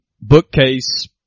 bookcase